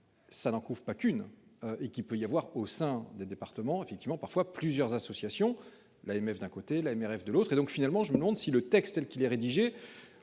Ça ne couvre pas qu'une et qu'il peut y avoir au sein des départements effectivement parfois plusieurs associations l'AMF d'un côté la AMRF de l'autre et donc finalement je me demande si le texte tel qu'il est rédigé.